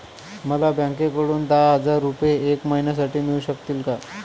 मला बँकेकडून दहा हजार रुपये एक महिन्यांसाठी मिळू शकतील का?